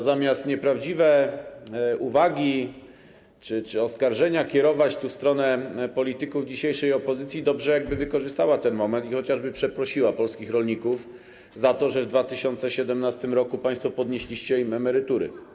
Zamiast nieprawdziwe uwagi czy oskarżenia kierować tu, w stronę polityków dzisiejszej opozycji, dobrze, jakby wykorzystała ona ten moment i chociażby przeprosiła polskich rolników za to, że w 2017 r. państwo podnieśliście im emerytury.